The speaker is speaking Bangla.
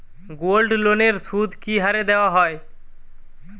গোল্ডলোনের সুদ কি হারে দেওয়া হয়?